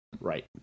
Right